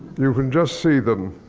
you can just see them.